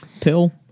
Pill